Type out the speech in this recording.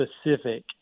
specific